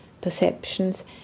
perceptions